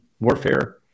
warfare